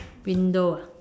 window ah